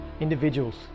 Individuals